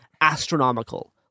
astronomical